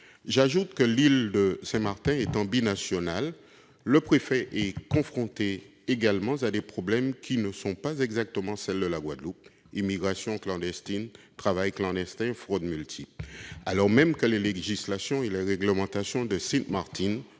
J'ajoute que l'île de Saint-Martin étant binationale, le préfet est confronté à des problématiques qui ne sont pas exactement celles de la Guadeloupe, tels l'immigration clandestine, le travail clandestin et les multiples fraudes, alors même que les législations et réglementations de Sint Maarten